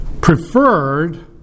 preferred